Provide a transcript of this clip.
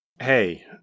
Hey